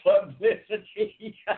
publicity